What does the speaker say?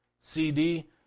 CD